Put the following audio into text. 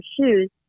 shoes